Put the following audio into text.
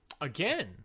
Again